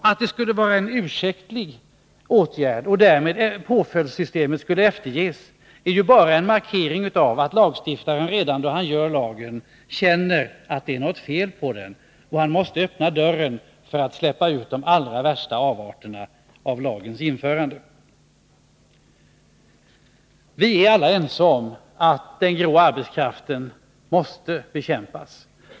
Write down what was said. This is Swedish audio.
Att det skulle vara en ursäktlig åtgärd och att påföljdssystemet därmed skulle efterges är bara en markering av att lagstiftaren, redan då han skriver lagen, känner att det är något fel på den. Han måste öppna dörren för att släppa ut de allra värsta avarterna. Vi är alla ense om att den grå arbetskraften måste bekämpas.